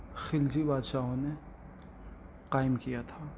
خلجی بادشاہوں نے قائم کیا تھا